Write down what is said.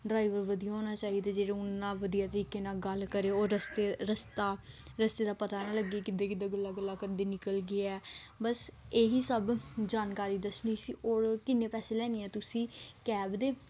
driver ਵਧੀਆ ਹੋਣਾ ਚਾਹੀਦਾ ਜਿਹੜਾ ਓਨਾ ਵਧੀਆ ਤਰੀਕੇ ਨਾਲ ਗੱਲ ਕਰੇ ਉਹ ਰਸਤੇ ਰਸਤਾ ਰਸਤੇ ਦਾ ਪਤਾ ਨਾ ਲੱਗੇ ਕਿੱਦਾਂ ਕਿੱਦਾਂ ਗੱਲਾਂ ਗੁੱਲਾਂ ਕਰਦੇ ਨਿਕਲ ਗਿਆ ਬਸ ਇਹੀ ਸਭ ਜਾਣਕਾਰੀ ਦੱਸਣੀ ਸੀ ਔਰ ਕਿੰਨੇ ਪੈਸੇ ਲੈਣੇ ਆ ਤੁਸੀਂ ਕੈਬ ਦੇ